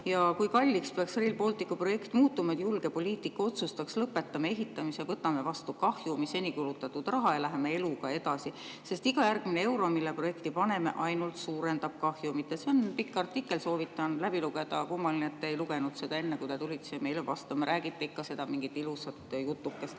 Kui kalliks peaks Rail Balticu projekt muutuma, et julge poliitik otsustaks: lõpetame ehitamise, võtame vastu kahju, mis on seni kulutatud raha, ja läheme eluga edasi? Iga järgmine euro, mille me projekti paneme, ainult suurendab kahjumit. See on pikk artikkel, soovitan läbi lugeda. Kummaline, et te ei lugenud seda enne, kui tulite siia meile vastama. Räägite ikka seda mingit ilusat